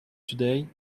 today